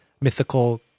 mythical